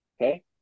okay